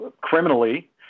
criminally